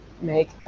make